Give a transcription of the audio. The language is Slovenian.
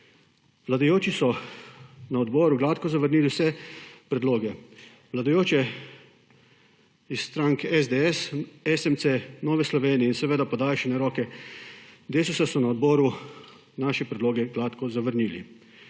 Vladajoči so na odboru gladko zavrnili vse predloge. Vladajoči iz strank SDS, SMC, Nove Slovenije in seveda podaljšane roke Desusa so na odboru naše predloge gladko zavrnili.